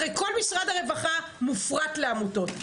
הרי כל משרד הרווחה מופרט לעמותות,